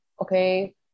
Okay